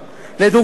לדוגמה,